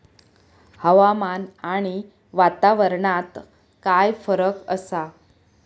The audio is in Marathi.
हवामान आणि वातावरणात काय फरक असा?